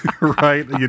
right